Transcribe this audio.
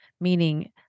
meaning